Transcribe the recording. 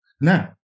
Now